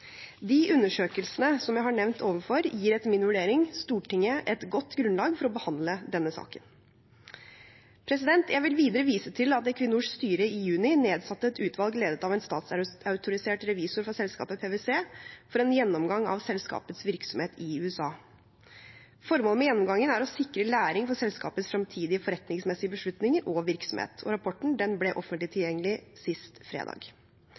De undersøkelsene som jeg har nevnt ovenfor, gir etter min vurdering Stortinget et godt grunnlag for å behandle denne saken. Jeg vil videre vise til at Equinors styre i juni nedsatte et utvalg ledet av en statsautorisert revisor fra selskapet PwC for en gjennomgang av selskapets virksomhet i USA. Formålet med gjennomgangen er å sikre læring for selskapets fremtidige forretningsmessige beslutninger og virksomhet. Rapporten ble offentlig tilgjengelig sist fredag.